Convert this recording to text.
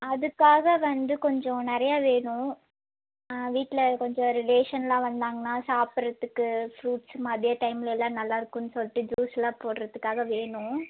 அதுக்காக வந்து கொஞ்சம் நிறைய வேணும் வீட்டில் கொஞ்சம் ரிலேஷன் எல்லாம் வந்தாங்கன்னா சாப்புற்றதுக்கு ஃப்ரூட்ஸ் மதிய டைம்மில் எல்லாம் நல்லா இருக்கும்னு சொல்லிவிட்டு ஜூஸ் எல்லாம் போடுறதுக்காக வேணும்